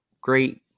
great